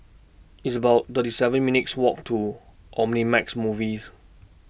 It's about thirty seven minutes' Walk to Omnimax Movies